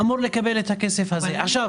אין כסף קואליציוני כי המגזר הערבי לא דאג לכך?